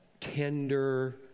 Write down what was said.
tender